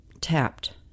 tapped